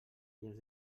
gens